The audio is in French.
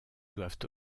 doivent